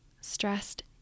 stressed